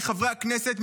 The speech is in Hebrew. מחברי הכנסת,